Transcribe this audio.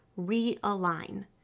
realign